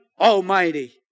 Almighty